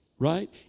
Right